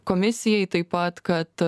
komisijai taip pat kad